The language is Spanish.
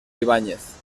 ibáñez